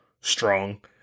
strong